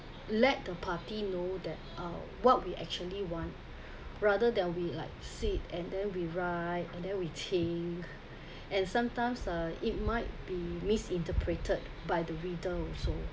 let the party know that uh what we actually want rather than we like sit and then we write and then we think and sometimes uh it might be misinterpreted by the written also